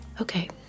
Okay